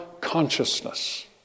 consciousness